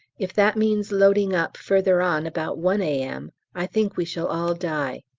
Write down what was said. if that means loading-up further on about one a m. i think we shall all die!